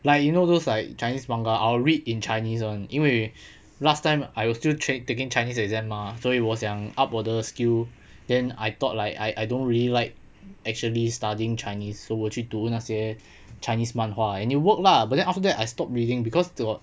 like you know those like chinese manga I will in chinese [one] 因为 last time I was still train~ taking chinese exam mah 所以我想 up 我的 skill then I thought like I I don't really like actually studying chinese so 我去读那些 chinese 漫画 and it worked lah but then after that I stopped reading because toward